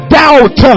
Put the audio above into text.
doubt